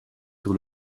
sur